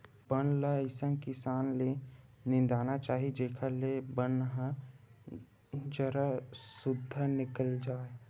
बन ल अइसे किसम ले निंदना चाही जेखर ले बन ह जर सुद्धा निकल जाए